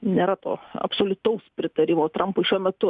nėra to absoliutaus pritarimo trampui šiuo metu